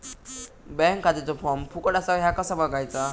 Bank खात्याचो form फुकट असा ह्या कसा बगायचा?